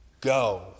go